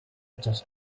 just